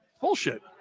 Bullshit